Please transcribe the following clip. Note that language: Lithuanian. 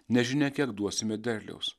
nežinia kiek duosime derliaus